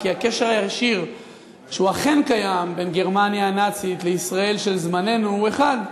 כי הקשר הישיר שאכן קיים בין גרמניה נאצית לישראל של זמננו הוא אחד: